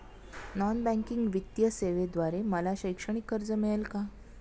Non banking वित्तीय सेवेद्वारे मला शैक्षणिक कर्ज मिळेल का?